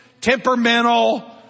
temperamental